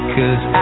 Cause